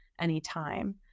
anytime